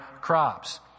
crops